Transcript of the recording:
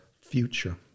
Future